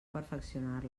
perfeccionar